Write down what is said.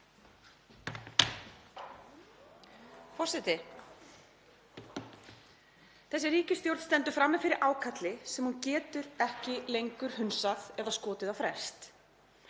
Forseti. Þessi ríkisstjórn stendur frammi fyrir ákalli sem hún getur ekki lengur hunsað eða skotið á frest.